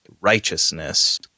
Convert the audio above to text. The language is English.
righteousness